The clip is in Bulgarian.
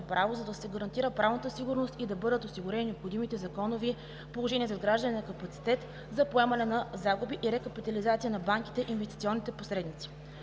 право, да се гарантира правната сигурност и да бъдат осигурени необходимите законови положения за изграждане на капацитет за поемане на загуби и рекапитализация на банките и инвестиционните посредници.